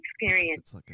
experience